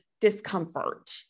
discomfort